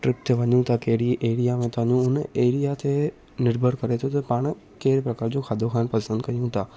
trip ते वञूं था कहिड़ी एरिया में था वञूं उन एरिया ते निर्भर करे थो त पाण कहिड़े प्रकार जो खाधो खाइण पसंदि कयूं था